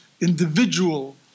individual